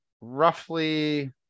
roughly